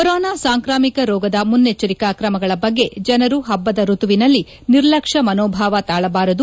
corona ಸಾಂಕ್ರಾಮಿಕ ರೋಗದ ಮುನ್ನೆಚ್ಚರಿಕಾ ಕ್ರಮಗಳ ಬಗ್ಗೆ ಜನರು ಪಬ್ದದ ಋತುವಿನಲ್ಲಿ ನಿರ್ಲಕ್ಷ್ಯ ಮನೋಭಾವ ತಾಳಬಾರದು